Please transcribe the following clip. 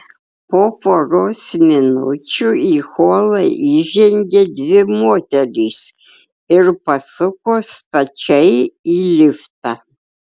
po poros minučių į holą įžengė dvi moterys ir pasuko stačiai į liftą